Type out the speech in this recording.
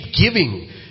giving